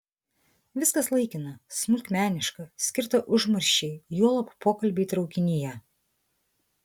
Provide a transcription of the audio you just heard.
viskas laikina smulkmeniška skirta užmarščiai juolab pokalbiai traukinyje